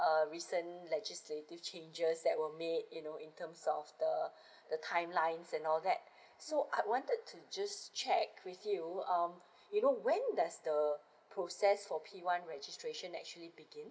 uh recent legislative changes that were made you know in terms of the the timelines and all that so I wanted to just check with you um you know when does the process for p one registration actually begin